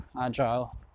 agile